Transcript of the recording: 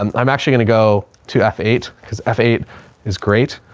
um i'm actually gonna go to f eight cause f eight is great.